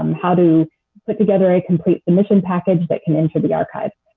um how to put together a complete submission package that can enter the archives.